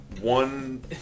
one